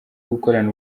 gukorana